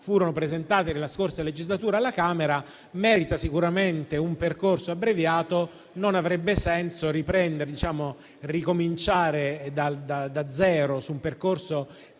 furono presentati nella scorsa legislatura anche alla Camera), merita sicuramente un percorso abbreviato, in quanto non avrebbe senso ricominciare da zero un percorso